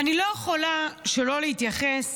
ואני לא יכולה שלא להתייחס